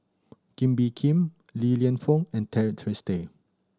Kee Bee Khim Li Lienfung and Tracey Day